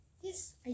Yes